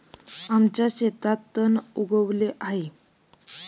आमच्या शेतात तण उगवले आहे